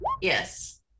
yes